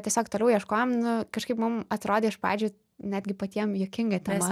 tiesiog toliau ieškojom nu kažkaip mum atrodė iš pradžių netgi patiem juokinga tema